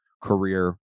career